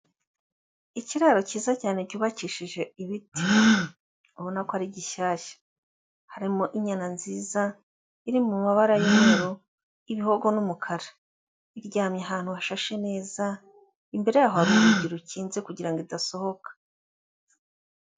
Ikiraro kiza cyane cyubakishije ibiti ubona ko ari gishyashya, harimo inyana nziza iri mu mabara y'umweru, ibihogo n'umukara, iryamye ahantu hashashe neza imbere yaho hari urugi rukinze kugira ngo idasohoka.